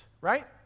right